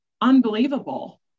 Unbelievable